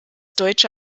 deutsche